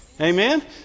Amen